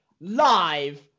live